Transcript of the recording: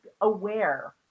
aware